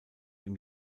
ihm